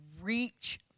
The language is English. reach